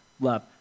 love